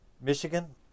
Michigan